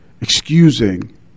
excusing